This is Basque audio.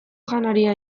janaria